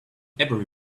every